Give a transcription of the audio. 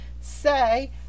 say